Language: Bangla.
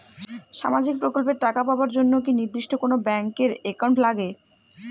সামাজিক প্রকল্পের টাকা পাবার জন্যে কি নির্দিষ্ট কোনো ব্যাংক এর একাউন্ট লাগে?